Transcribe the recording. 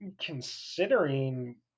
considering